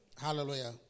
Hallelujah